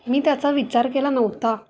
मी त्याचा विचार केला नव्हता